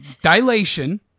dilation